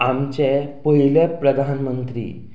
आमचे पयले प्रधानमंत्री